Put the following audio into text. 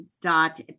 dot